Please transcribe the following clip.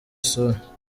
isura